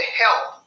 help